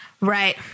right